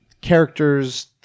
Characters